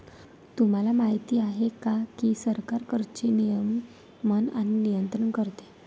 तुम्हाला माहिती आहे का की सरकार कराचे नियमन आणि नियंत्रण करते